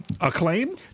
Acclaim